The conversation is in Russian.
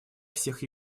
всех